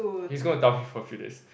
he's gonna dao me for a few days